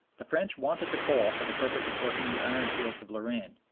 the french wanted the coal for the purpose of working the ironfields of lorraine,